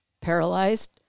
paralyzed